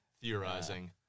theorizing